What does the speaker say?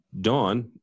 Dawn